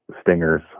Stingers